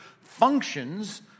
functions